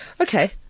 Okay